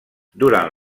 durant